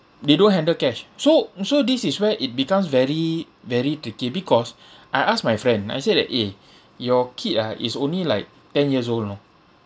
they don't handle cash so so this is where it becomes very very tricky because I asked my friend I say that eh your kid ah is only like ten years old you know